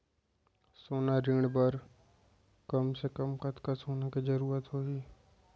सोना ऋण बर कम से कम कतना सोना के जरूरत होही??